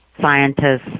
scientists